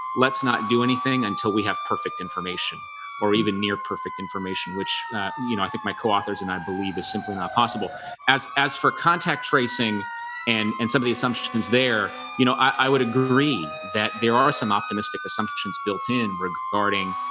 let's not do anything until we have perfect information or even near perfect information which you know i think my co-authors and i believe is simply not possible as as for contact tracing and and some of the assumptions there you know, i would agree that there are some optimistic assumptions built in regarding